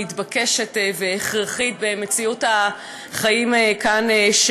מתבקשת והכרחית במציאות החיים שלנו כאן.